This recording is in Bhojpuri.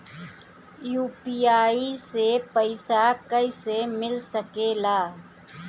यू.पी.आई से पइसा कईसे मिल सके ला?